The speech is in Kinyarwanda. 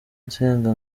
nsenga